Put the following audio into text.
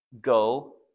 Go